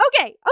okay